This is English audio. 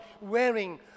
wearing